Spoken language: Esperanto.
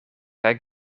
kaj